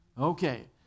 Okay